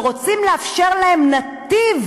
ורוצים לאפשר להם נתיב